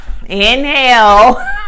inhale